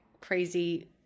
crazy